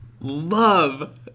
love